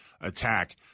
attack